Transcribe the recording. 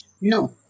No